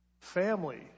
Family